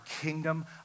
kingdom